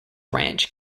ranch